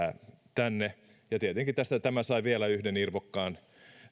tänne tietenkin tästä tämä sai vielä yhden irvokkaan